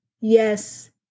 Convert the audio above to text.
Yes